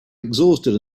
exhausted